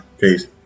Peace